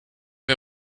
wer